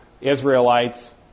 Israelites